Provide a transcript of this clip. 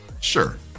Sure